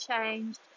changed